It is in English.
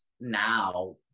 now